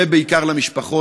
ובעיקר למשפחות,